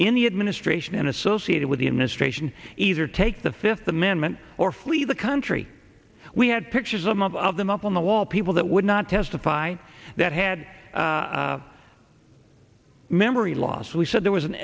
in the administration and associated with the in this race and either take the fifth amendment or flee the country we had pictures of of them up on the wall people that would not testify that had memory loss we said there was an